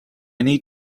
need